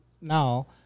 now